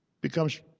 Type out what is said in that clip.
becomes